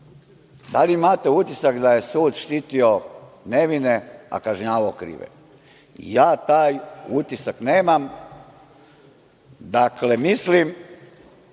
Da li imate utisak da je sud štitio nevine, a kažnjavao krive? Ja taj utisak nemam. Dakle, mislim